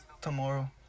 tomorrow